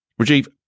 Rajiv